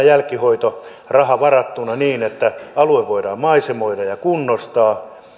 jälkihoitoraha varattuna niin että alue voidaan maisemoida ja kunnostaa